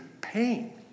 pain